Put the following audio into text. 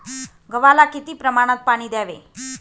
गव्हाला किती प्रमाणात पाणी द्यावे?